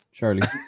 Charlie